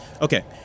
Okay